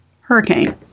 hurricane